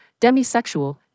demisexual